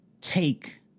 take